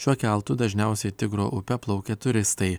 šiuo keltu dažniausiai tigro upe plaukia turistai